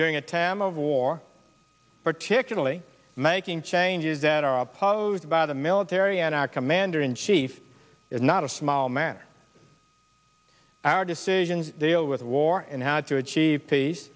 during a time of war particularly making changes that are opposed by the military and our commander in chief is not a small matter our decisions deal with war and how to achieve peace